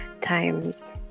times